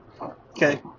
Okay